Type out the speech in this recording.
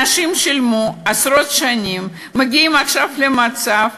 אנשים ששילמו עשרות שנים מגיעים עכשיו למצב,